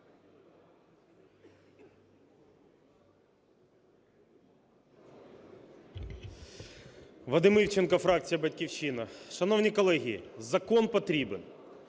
Вадим Івченко, фракція "Батьківщина". Шановні колеги, закон потрібний.